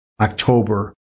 October